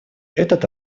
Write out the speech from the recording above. этот